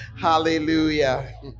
Hallelujah